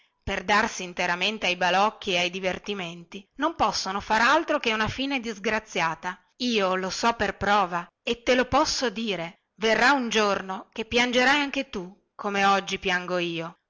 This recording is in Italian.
per darsi interamente ai balocchi e ai divertimenti non possono far altro che una fine disgraziata io lo so per prova e te lo posso dire verrà un giorno che piangerai anche tu come oggi piango io